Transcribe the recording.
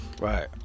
Right